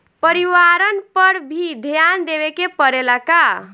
परिवारन पर भी ध्यान देवे के परेला का?